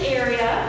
area